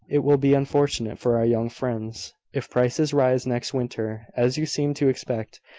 it will be unfortunate for our young friends, if prices rise next winter, as you seem to expect.